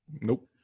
Nope